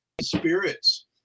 spirits